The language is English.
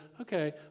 okay